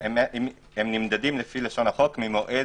הם נמדדים לפי לשון החוק ממועד